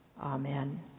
Amen